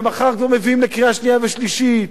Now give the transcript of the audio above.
שמחר כבר מביאים לקריאה שנייה ושלישית,